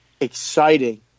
exciting